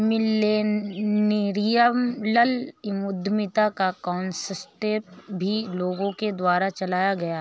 millennial उद्यमिता का concept भी लोगों के द्वारा चलाया गया है